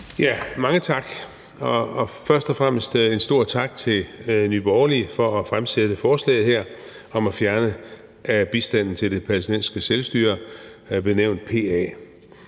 Mange tak, og først og fremmest en stor tak til Nye Borgerlige for at fremsætte forslaget her om at fjerne bistanden til det palæstinensiske selvstyre benævnt PA.